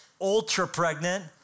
ultra-pregnant